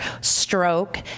stroke